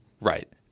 Right